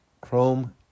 chrome